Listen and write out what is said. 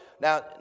Now